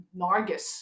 Nargis